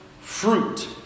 fruit